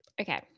okay